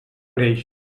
greix